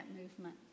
movement